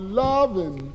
loving